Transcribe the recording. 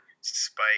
Spike